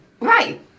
Right